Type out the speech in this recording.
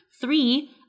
three